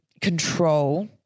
control